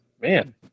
man